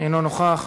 אינו נוכח,